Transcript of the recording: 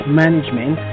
management